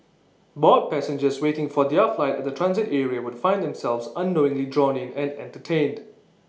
bored passengers waiting for their flight at the transit area would find themselves unknowingly drawn in and entertained